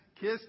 kiss